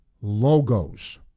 logos